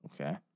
Okay